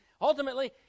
ultimately